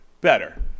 better